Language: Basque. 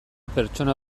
pertsona